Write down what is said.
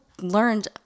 learned